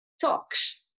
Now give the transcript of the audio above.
talks